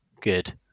good